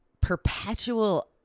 perpetual